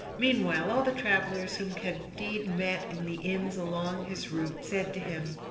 meanwhile, all the travellers whom candide met in the inns along his route, said to him,